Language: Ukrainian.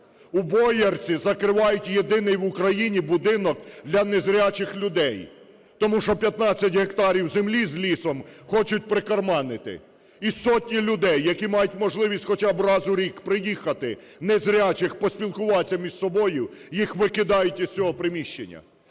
У Боярці закривають єдиний в Україні будинок для незрячих людей, тому що 15 гектарів землі з лісом хочуть прикарманити. І сотні людей, які мають можливість хоча б раз у рік приїхати, незрячих, поспілкуватись між собою, їх викидають із цього приміщення.